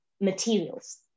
materials